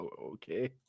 okay